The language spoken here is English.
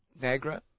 NAGRA